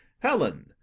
helen,